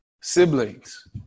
siblings